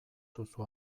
duzu